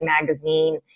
Magazine